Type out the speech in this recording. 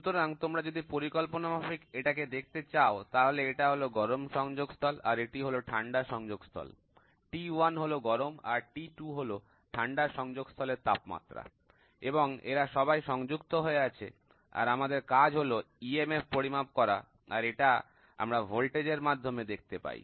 সুতরাং তোমরা যদি পরিকল্পনামাফিক এটাকে দেখতে চাও তাহলে এটা হল গরম সংযোগস্থল আর এটি হলো ঠান্ডা সংযোগস্থল T1 হল গরম আর T2 হলো ঠান্ডা সংযোগস্থলের তাপমাত্রা এবং এরা সবাই সংযুক্ত হয়ে আছে আর আমাদের কাজ হল তড়িৎ চুম্বকীয় বল পরিমাপ করা আর এটা আমরা ভোল্টেজ এর মাধ্যমে দেখতে পাই